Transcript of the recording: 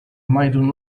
mountain